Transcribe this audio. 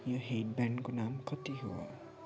यो हेड ब्यान्डको दाम कति हो